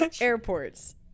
airports